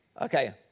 Okay